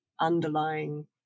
underlying